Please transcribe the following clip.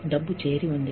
డబ్బు ఉంది